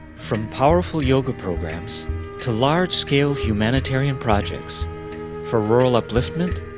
from powerful yoga programs to large-scale humanitarian projects for rural upliftment,